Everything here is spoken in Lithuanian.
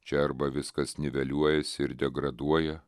čia arba viskas niveliuojasi ir degraduoja